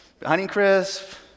Honeycrisp